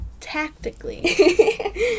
tactically